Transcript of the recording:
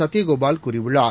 சத்தியகோபால் கூறியுள்ளார்